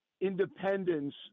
independence